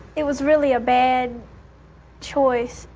it was really a bad choice,